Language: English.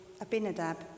Abinadab